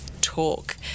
talk